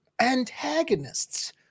antagonists